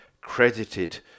credited